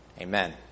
Amen